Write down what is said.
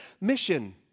mission